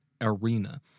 arena